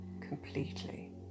completely